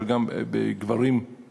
אבל גם אצל גברים חרדים,